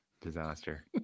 Disaster